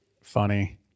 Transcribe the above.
funny